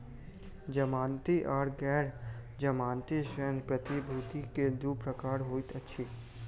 जमानती आर गैर जमानती ऋण प्रतिभूति के दू प्रकार होइत अछि